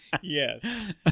Yes